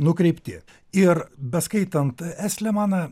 nukreipti ir beskaitant estlemaną